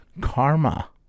Karma